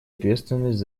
ответственность